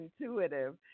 intuitive